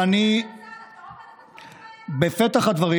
בפתח הדברים,